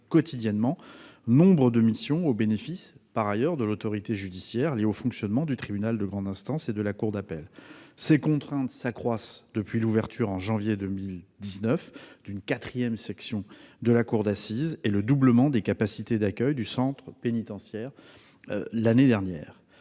quotidiennement nombre de missions au bénéfice de l'autorité judiciaire, liées au fonctionnement du tribunal de grande instance et de la cour d'appel. Ces « contraintes » s'accroissent depuis l'ouverture, en janvier 2019, d'une quatrième section de la cour d'assises et le doublement des capacités d'accueil du centre pénitentiaire l'année dernière.